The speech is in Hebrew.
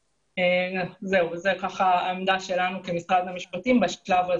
זו העמדה שלנו כמשרד המשפטים בשלב הזה.